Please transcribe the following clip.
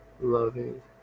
loving